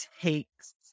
takes